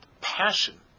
passion